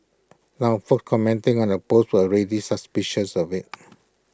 now folks commenting on the post were already suspicious of IT